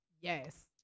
Yes